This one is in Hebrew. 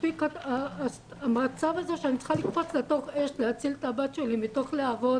מספיק המצב הזה שאני צריכה לקפוץ לתוך אש להציל את הבת שלי מתוך להבות,